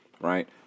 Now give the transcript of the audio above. Right